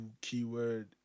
keyword